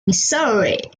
missouri